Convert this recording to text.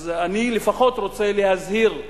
אז אני לפחות רוצה להזהיר,